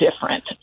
different